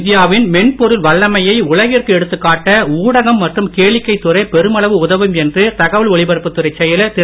இந்தியாவின் மென்பொருள் வல்லமையை உலகிற்கு எடுத்துக்காட்ட ஊடகம் மற்றும் கேளிக்கை துறை பெரும்மளவு உதவும் என்று தகவல் ஒலிபரப்புத் துறைச் செயலர் திரு